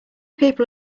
people